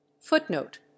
footnote